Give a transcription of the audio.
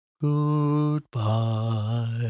goodbye